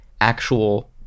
actual